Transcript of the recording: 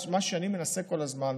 מה שאני מנסה כל הזמן,